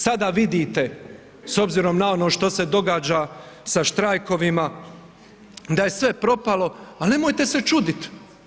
Sada vidite s obzirom na ono što se događa sa štrajkovima da je sve propalo, ali nemojte se čuditi.